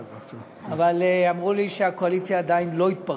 אבל אמרו לי שהקואליציה עדיין לא התפרקה.